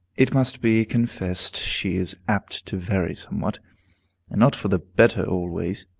it must be confessed she is apt to vary somewhat, and not for the better always.